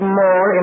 more